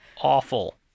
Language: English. awful